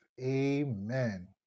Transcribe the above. Amen